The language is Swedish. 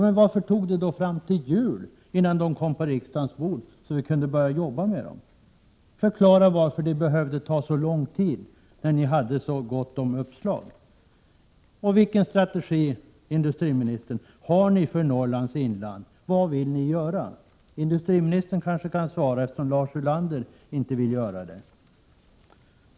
Men varför dröjde det då ända till julen innan några förslag kom på riksdagens bord, så att vi kunde börja jobba med dem? Förklara varför det behövde ta så lång tid när ni hade så gott om uppslag! Jag vill också fråga: Vilken strategi har ni för Norrlands inland? Vad vill ni göra där? Industriministern kan kanske svara, eftersom Lars Ulander inte vill göra det.